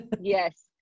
Yes